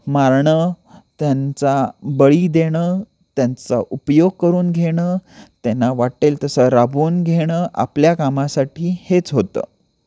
मारणं त्यांचा बळी देणं त्यांचा उपयोग करून घेणं त्यांना वाटेल तसं राबवून घेणं आपल्या कामासाठी हेच होतं